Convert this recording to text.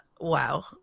Wow